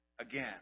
again